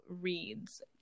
reads